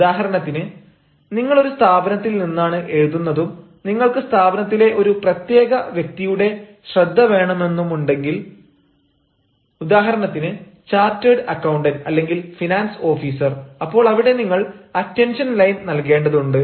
ഉദാഹരണത്തിന് നിങ്ങൾ ഒരു സ്ഥാപനത്തിൽ നിന്നാണ് എഴുതുന്നതും നിങ്ങൾക്ക് സ്ഥാപനത്തിലെ ഒരു പ്രത്യേക വ്യക്തിയുടെ ശ്രദ്ധ വേണമെന്നുമുണ്ടെങ്കിൽ ഉദാഹരണത്തിന് ചാർട്ടേർഡ് അക്കൌണ്ടന്റ് അല്ലെങ്കിൽ ഫിനാൻസ് ഓഫീസർ അപ്പോൾ അവിടെ നിങ്ങൾ അറ്റൻഷൻ ലൈൻ നൽകേണ്ടതുണ്ട്